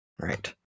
right